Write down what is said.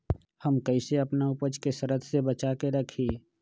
हम कईसे अपना उपज के सरद से बचा के रखी?